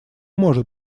может